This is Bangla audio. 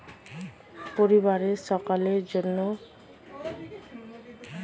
পরিবারের সকলের জন্য স্বাস্থ্য বীমা কিভাবে ক্রয় করব?